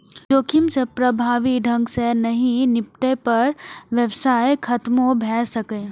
जोखिम सं प्रभावी ढंग सं नहि निपटै पर व्यवसाय खतमो भए सकैए